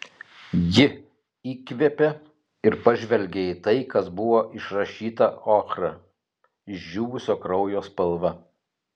ji įkvėpė ir pažvelgė į tai kas buvo išrašyta ochra išdžiūvusio kraujo spalva